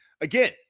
Again